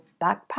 backpack